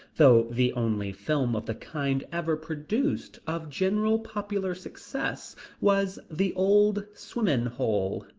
though the only film of the kind ever produced of general popular success was the old swimmin' hole,